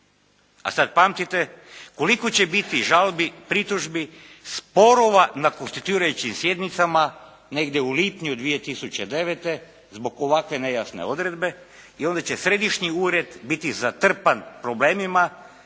a sada pamtite koliko će biti žalbi, pritužbi, sporova na konstituirajućim sjednicama negdje u lipnju 2009. zbog ovakve nejasne odredbe i onda će središnji ured biti zatrpan problemima,